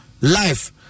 life